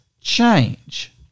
change